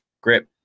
grip